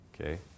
Okay